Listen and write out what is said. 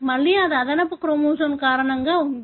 మళ్ళీ అది అదనపు క్రోమోజోమ్ కారణంగా ఉంది